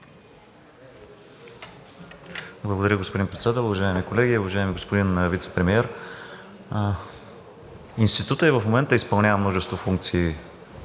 Благодаря, господин Председател. Уважаеми колеги, уважаеми господин Вицепремиер! Институтът и в момента изпълнява множество функции